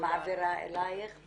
ומעבירה אלייך, -- בסדר גמור.